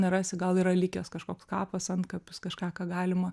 nerasi gal yra likęs kažkoks kapas antkapis kažką ką galima